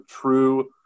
true